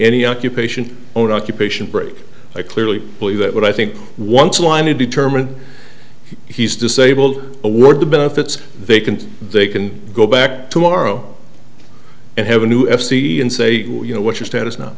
any occupation on occupation break i clearly believe that but i think once a line you determine he's disabled award the benefits they can they can go back tomorrow and have a new f c c and say you know what your status no